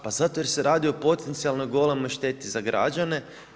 Pa zato jer se radi o potencijalnoj golemoj šteti za građane.